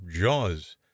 jaws